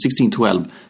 1612